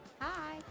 Hi